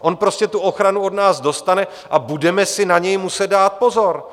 On prostě tu ochranu od nás dostane a budeme si na něj muset dát pozor.